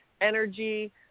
energy